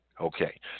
Okay